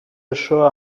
sure